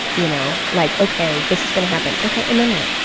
you know like, ok, this is going to happen. ok, and then what?